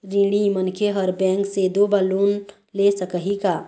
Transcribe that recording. ऋणी मनखे हर बैंक से दो बार लोन ले सकही का?